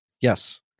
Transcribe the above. Yes